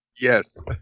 Yes